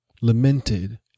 lamented